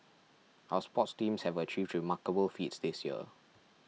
our sports teams have achieved remarkable feats this year